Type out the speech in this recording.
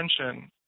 attention